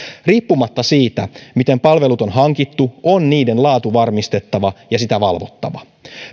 riippumatta siitä miten palvelut on hankittu on niiden laatu varmistettava ja sitä valvottava